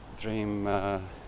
dream